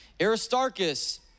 Aristarchus